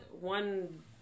One